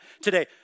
today